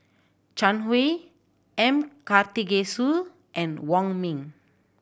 Zhang Hui M Karthigesu and Wong Ming